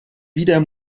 wieder